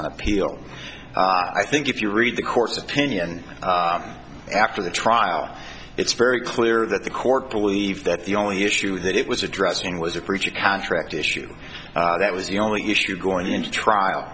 on appeal i think if you read the course of pinion after the trial it's very clear that the court believed that the only issue that it was addressing was a preview contract issue that was the only issue going into trial